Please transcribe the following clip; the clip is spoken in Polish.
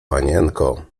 panienko